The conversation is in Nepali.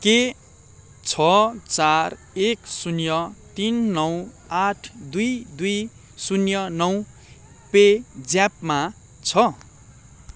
के छ चार एक शून्य तिन नौ आठ दुई दुई शून्य नौ पे ज्यापमा छ